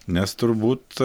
nes turbūt